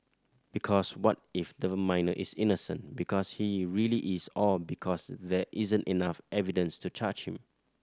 because what if the minor is innocent because he really is or because there isn't enough evidence to charge him